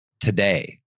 today